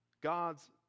God's